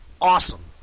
Awesome